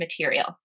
material